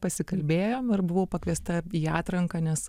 pasikalbėjom ir buvau pakviesta į atranką nes